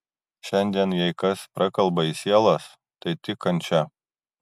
šiandien jei kas prakalba į sielas tai tik kančia